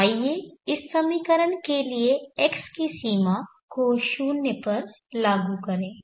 तो आइए इस समीकरण के लिए x की सीमा को 0 पर लागू करें